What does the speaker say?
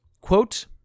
Quote